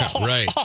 Right